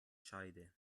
scheide